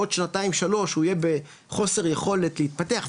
עוד שנתיים שלוש הוא יהיה בחוסר יכולת להתפתח,